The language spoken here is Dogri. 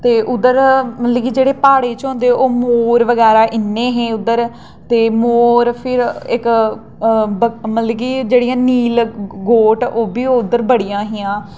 ते उद्धरा मतलब ओह् प्हाड़ें च होंदे ओह् मोर बगैरा इ'न्ने हे उद्धर ते मोर फिर इक्क मतलब के जेह्ड़ियां नील गौ ओह्बी उद्धर बड़ियां हियां